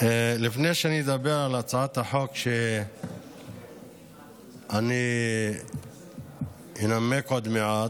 לפני שאני אדבר על הצעת החוק שאני אנמק עוד מעט,